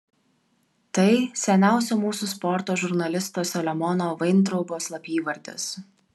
tai seniausio mūsų sporto žurnalisto saliamono vaintraubo slapyvardis